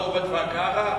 אני יכול לבוא לגור בכפר-קרע?